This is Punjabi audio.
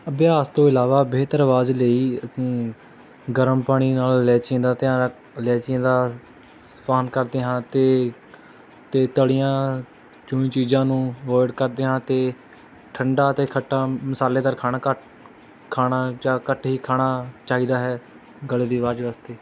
ਅਭਿਆਸ ਤੋਂ ਇਲਾਵਾ ਬਿਹਤਰ ਅਵਾਜ਼ ਲਈ ਅਸੀਂ ਗਰਮ ਪਾਣੀ ਨਾਲ ਇਲਾਚੀਆਂ ਦਾ ਇਲਾਚੀਆਂ ਦਾ ਕਰਦੇ ਹਾਂ ਅਤੇ ਅਤੇ ਤਲੀਆਂ ਜੋ ਚੀਜ਼ਾਂ ਨੂੰ ਅਵੋਇਡ ਕਰਦੇ ਹਾਂ ਅਤੇ ਠੰਡਾ ਅਤੇ ਖੱਟਾ ਮਸਾਲੇਦਾਰ ਖਾਣਾ ਘੱਟ ਖਾਣਾ ਜਾਂ ਘੱਟ ਹੀ ਖਾਣਾ ਚਾਹੀਦਾ ਹੈ ਗਲੇ ਦੀ ਅਵਾਜ਼ ਵਾਸਤੇ